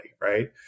right